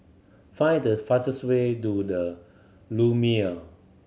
find the fastest way to The Lumiere